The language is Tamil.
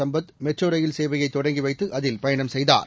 சம்பத் மெட்ரோரயில் சேவையைதொடங்கிவைத்து அதில் பயணம் செய்தார்